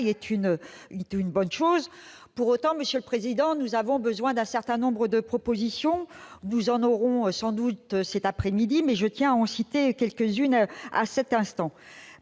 est une bonne chose. Pour autant, monsieur le président, nous avons besoin d'un certain nombre de précisions. Nous en aurons sans doute cet après-midi, mais je tiens à citer dès cet instant